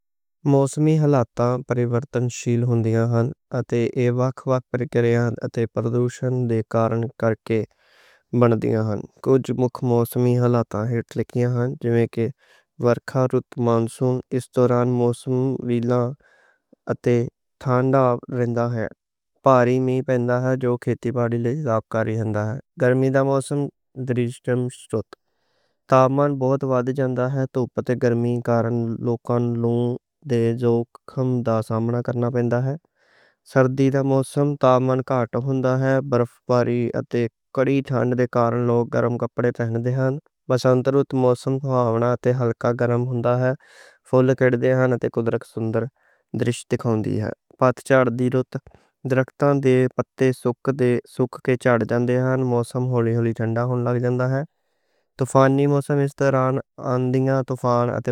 موسمی حالاتاں بارش، برف، شیلونیاں آون تے پردوشن دے کارن کرکے میں ایہہ کجھ بدلاؤ سمجھ لیندا۔ برکھا تے مانسون اس دوران موسم نِمّا تے ٹھنڈا رہندا۔ گرمی دا موسم تابمان بہت بڑھ جاندا ہے دھوپ تے گرمی کارن۔ لوکاں نوں جوکھم دا سامنا کرنا پیندا ہے سردی دا موسم۔ اولے، کڑک تڑاکاں تے سوکھّے الٹاں تے اَن موسمی کوالٹی نال سٹورم نِیاں لنگدیاں نیں۔